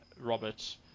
Robert